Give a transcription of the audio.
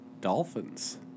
Dolphins